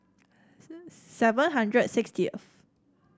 seven hundred sixty